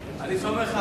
נתקבל.